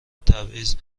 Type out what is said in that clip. تبعیض